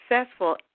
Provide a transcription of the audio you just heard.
successful